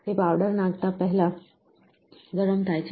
તે પાવડર નાખતા પહેલા ગરમ થાય છે